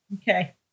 Okay